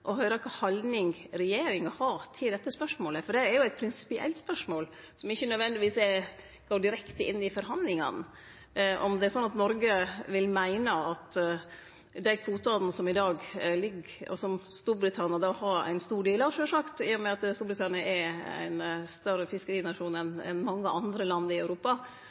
kva haldning regjeringa har til dette spørsmålet, for det er jo eit prinsipielt spørsmål som ikkje nødvendigvis går direkte inn i forhandlingane. Er det slik at Noreg vil meine at dei kvotane som i dag ligg føre, og som Storbritannia har ein stor del av, sjølvsagt, i og med at Storbritannia er ein større fiskerinasjon enn mange andre land i Europa,